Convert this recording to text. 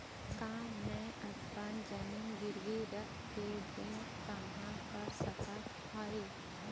का मैं अपन जमीन गिरवी रख के ऋण पाहां कर सकत हावे?